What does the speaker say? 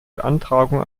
beantragung